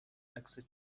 عکس